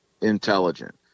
intelligent